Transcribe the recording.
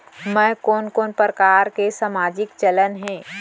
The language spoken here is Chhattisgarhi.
मैं कोन कोन प्रकार के सामाजिक चलत हे?